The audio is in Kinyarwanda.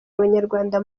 abanyarwanda